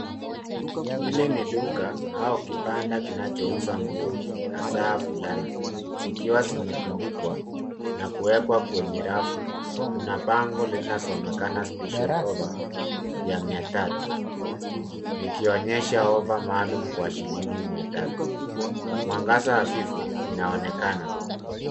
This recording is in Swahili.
Hili ni duka au kibanda kinachouza nguo hasa fulana zikiwa zimetundukiwa na kuwekwa kwenye rafu. Kuna bango linasomekana special offer ya mia tatu likionyesha offer maalum kwa shilingi mia tatu. Mwangaza hafifu inaonekana.